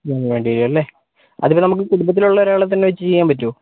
വേണ്ടിവരുമല്ലേ അതുപോലെ നമുക്ക് കുടുംബത്തിലുള്ള ഒരാളെ തന്നെ വച്ച് ചെയ്യാൻ പറ്റുമോ